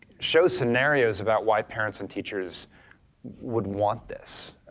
show scenarios about why parents and teachers would want this,